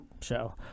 show